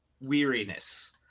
weariness